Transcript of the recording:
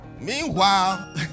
Meanwhile